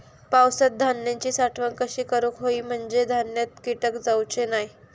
पावसात धान्यांची साठवण कशी करूक होई म्हंजे धान्यात कीटक जाउचे नाय?